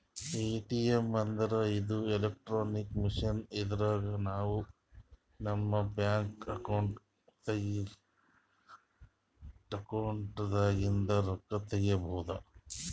ATM ಅಂದ್ರ ಇದು electronic machine ಇದ್ರಾಗ್ ನಾವ್ ನಮ್ ಬ್ಯಾಂಕ್ ಅಕೌಂಟ್ ದಾಗಿಂದ್ ರೊಕ್ಕ ತಕ್ಕೋಬಹುದ್